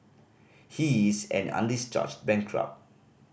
he is an undischarged bankrupt